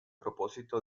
propósito